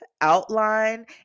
outline